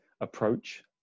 approach